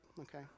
Okay